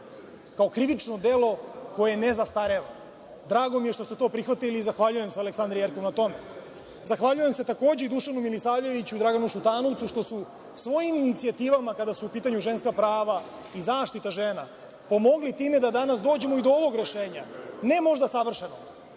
kao krivično delo koje ne zastareva. Drago mi je što ste to prihvatili. Zahvaljujem se Aleksandri Jerkov na tome. Zahvaljujem se, takođe, Dušanu Milisavljeviću, Draganu Šutanovcu, što su svojim inicijativama, kada su u pitanju ženska prava i zaštita žena, pomogli time da danas dođemo do ovog rešenja, ne možda savršenog,